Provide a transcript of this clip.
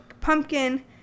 pumpkin